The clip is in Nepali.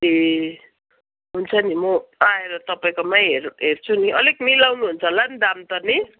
ए हुन्छ नि म आएर तपाईँकोमै हेर हेर्छु नि अलिक मिलाउनु हुन्छ होला नि दाम त नि